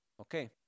Okay